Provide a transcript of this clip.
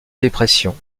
dépression